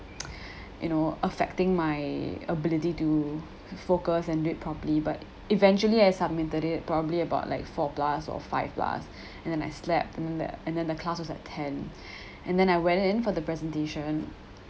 you know affecting my ability to focus and do it properly but eventually I submitted it probably about like four plus or five plus and then I slept and the and then the class was at ten and then I went in for the presentation